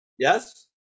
Yes